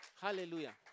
Hallelujah